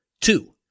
two